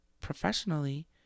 professionally